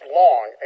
long